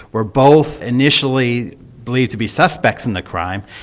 were both initially believed to be suspects in the crime,